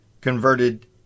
converted